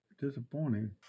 disappointing